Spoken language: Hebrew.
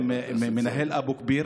עם מנהל אבו כביר,